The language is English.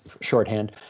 shorthand